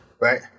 right